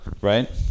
right